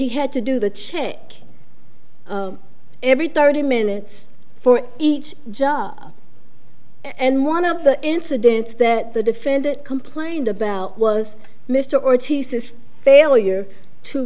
he had to do the check every thirty minutes for each job and one of the incidents that the defendant complained about was mr ortiz is failure to